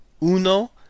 uno